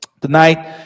Tonight